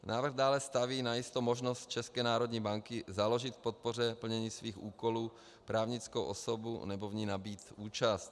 Návrh dále staví najisto možnost České národní banky založit k podpoře plnění svých úkolů právnickou osobu nebo v ní nabýt účast.